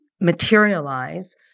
materialize